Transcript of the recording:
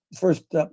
first